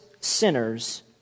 sinners